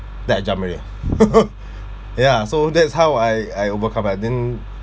then I jump already ya so that's how I I overcome I didn't